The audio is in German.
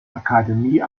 akademie